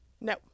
No